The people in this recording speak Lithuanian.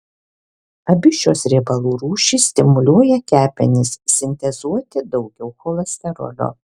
abi šios riebalų rūšys stimuliuoja kepenis sintezuoti daugiau cholesterolio